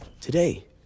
today